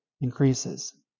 increases